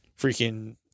freaking